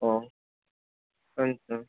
ও